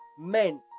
men